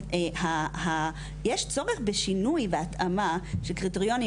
יש צורך בשינוי והתאמה של קריטריונים,